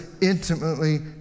intimately